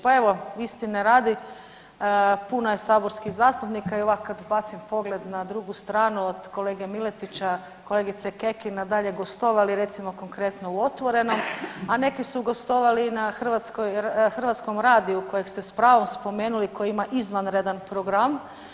Pa evo istine radi puno je saborskih zastupnika i ovako kada bacim pogled na drugu stranu od kolege Miletića, kolegice Kekin a … [[ne razumije se]] gostovali recimo konkretno u Otvorenom, a neki su gostovali i na Hrvatskom radiju kojeg ste s pravom spomenuli i koji ima izvanredan program.